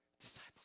Disciples